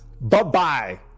Bye-bye